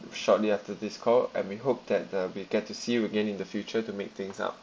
shortly after this call and we hope that uh we get to see you again in the future to make things up